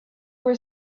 were